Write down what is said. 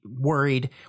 worried